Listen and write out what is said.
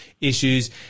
issues